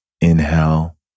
Inhale